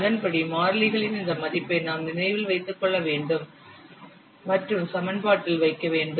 அதன்படி மாறிலிகளின் இந்த மதிப்பை நாம் நினைவில் வைத்துக் கொள்ள வேண்டும் மற்றும் சமன்பாட்டில் வைக்க வேண்டும்